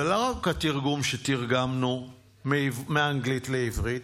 זה לא רק התרגום שתרגמנו מאנגלית לעברית,